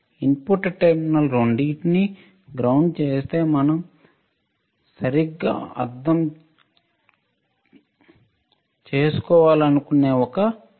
input terminal రెండింటినీ ground చేస్తే అది మనం సరిగ్గా అర్థం చేసుకోవాలనుకునే ఒక విషయం